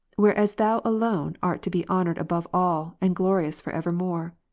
avhereas thou alone art to be honoured above all, and glorious for evermore.